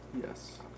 Yes